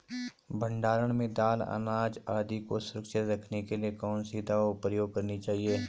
भण्डारण में दाल अनाज आदि को सुरक्षित रखने के लिए कौन सी दवा प्रयोग करनी चाहिए?